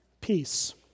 Peace